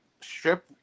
strip